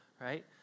right